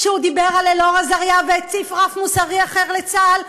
כשהוא דיבר על אלאור אזריה והציב רף מוסרי אחר לצה"ל,